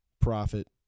Profit